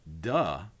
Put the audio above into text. duh